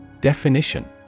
Definition